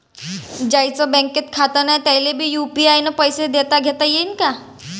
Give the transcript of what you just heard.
ज्याईचं बँकेत खातं नाय त्याईले बी यू.पी.आय न पैसे देताघेता येईन काय?